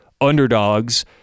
underdogs